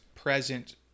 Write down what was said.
present